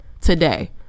Today